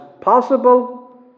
possible